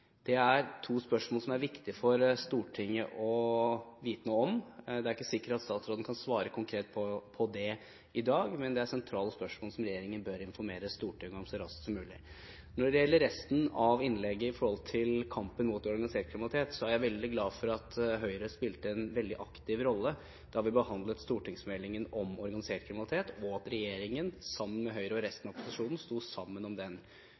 Det er to spørsmål som det er viktig for Stortinget å vite noe om. Det er ikke sikkert at statsråden kan svare konkret på dem i dag, men det er sentrale spørsmål som regjeringen bør informere Stortinget om så raskt som mulig. Når det gjelder resten av innlegget i forhold til kampen mot organisert kriminalitet, er jeg veldig glad for at Høyre spilte en veldig aktiv rolle da vi behandlet stortingsmeldingen om organisert kriminalitet, og at regjeringen sto sammen med Høyre og resten av opposisjonen om den.